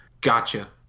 gotcha